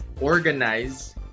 organize